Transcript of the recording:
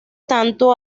tanto